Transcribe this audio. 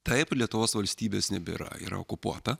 taip lietuvos valstybės nebėra yra okupuota